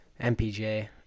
mpj